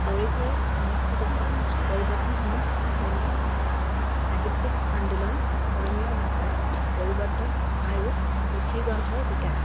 পৰিসৰে সমষ্টিগত পৰিৱৰ্তনসমূহ যেনে সাহিত্যিক আন্দোলন ধৰ্মীয় ভাষাৰ পৰিৱৰ্তন আৰু পুথিগ্ৰন্থৰ বিকাশ